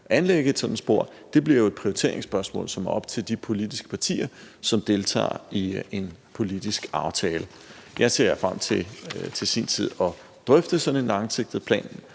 anlægge et sådant spor, bliver jo et prioriteringsspørgsmål, som er op til de politiske partier, som deltager i en politisk aftale. Jeg ser til sin tid frem til at drøfte sådan en langsigtet plan